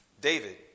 David